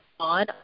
on